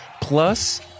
plus